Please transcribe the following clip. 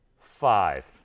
five